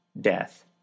death